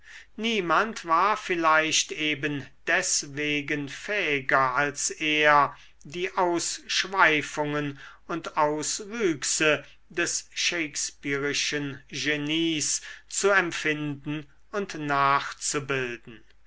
niemand war vielleicht eben deswegen fähiger als er die ausschweifungen und auswüchse des shakespeareschen genies zu empfinden und nachzubilden